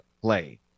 play